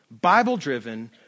Bible-driven